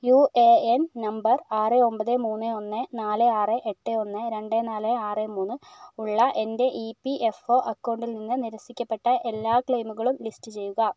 U A N number ആറ് ഒൻപത് മൂന്ന് ഒന്ന് നാല് ആറ് എട്ട് ഒന്ന് രണ്ട് നാല് ആറ് മൂന്ന് ഉള്ള എൻ്റെ ഇ പി എഫ് ഒ അക്കൗണ്ടിൽ നിന്ന് നിരസിക്കപ്പെട്ട എല്ലാ ക്ലെയിമുകളും ലിസ്റ്റ് ചെയ്യുക